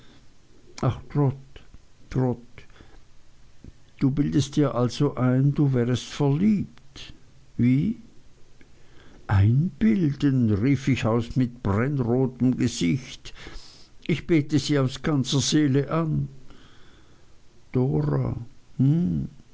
ach trot trot du bildest dir also ein du wärest verliebt wie einbilden rief ich aus mit brennrotem gesicht ich bete sie aus ganzer seele an dora